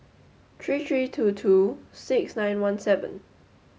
three three two two six nine one seven